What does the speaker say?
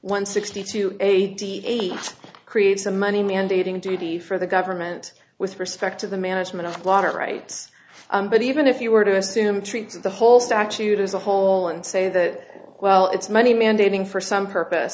one sixty to eighty eight creates a money mandating duty for the government with respect to the management of a lot of rights but even if you were to assume treat the whole statute as a whole and say that well it's money mandating for some purpose